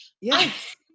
yes